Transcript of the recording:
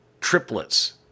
triplets